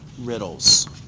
riddles